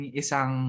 isang